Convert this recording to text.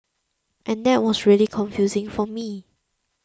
and that was really confusing for me